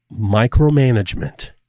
Micromanagement